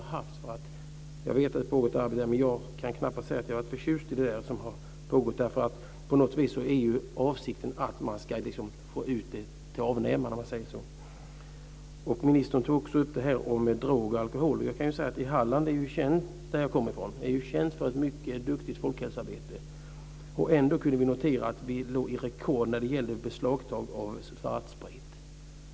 Jag vet att det har pågått ett arbete, men jag kan knappast säga att jag har varit förtjust i det som har pågått. På något vis är avsikten att man ska få ut budskapet till avnämarna. Ministern tog också upp frågan om droger och alkohol. Halland, som jag kommer ifrån, är känt för ett mycket duktigt folkhälsoarbete. Ändå kunde vi notera att vi hade rekord när det gällde beslagtagande av svartsprit.